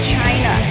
China